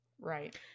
Right